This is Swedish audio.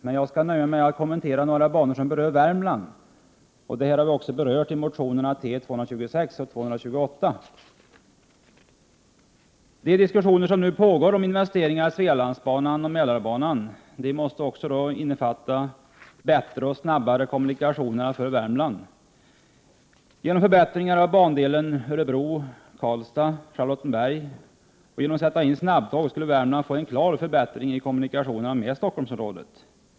Jag skall dock nöja mig med att kommentera några banor som berör Värmland. Dessa har vi också tagit upp i motionerna T226 och T228. De diskussioner som nu pågår om investeringar i Svealandsbanan och Mälarbanan måste också innefatta bättre och snabbare kommunikationer för Värmland. Genom förbättringar av bandelen Örebro-Karlstad-Charlottenberg och införande av snabbtåg skulle Värmland få en klar förbättring av kommunikationerna med Stockholmsområdet.